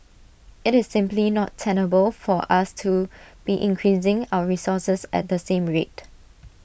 IT is simply not tenable for us to be increasing our resources at the same rate